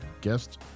guest